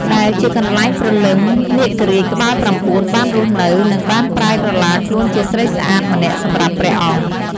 ដែលជាកនែ្លងព្រលឹង នាគរាជក្បាល៩ បានរស់នៅ និងបានប្រែក្រទ្បាខ្លួនជាស្រីស្អាតម្នាក់សម្រាប់ព្រះអង្គ។